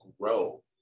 grow